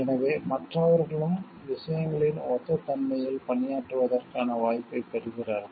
எனவே மற்றவர்களும் விஷயங்களின் ஒத்த தன்மையில் பணியாற்றுவதற்கான வாய்ப்பைப் பெறுகிறார்கள்